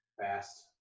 Fast